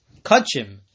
kachim